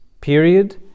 period